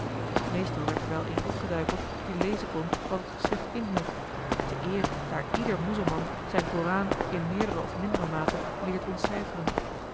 meestal werd er wel een opgeduikeld die lezen kon wat het geschrift inhield te eer daar ieder muzelman zijn koran in meerdere of mindere mate leert ontcijferen